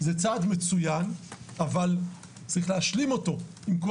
זה צעד מצוין אבל צריך להשלים אותו עם כל